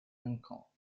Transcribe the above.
uncle